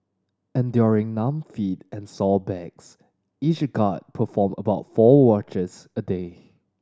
enduring numb feet and sore backs each guard perform about four watches a day